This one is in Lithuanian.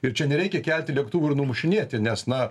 ir čia nereikia kelti lėktuvų ir numušinėti nes na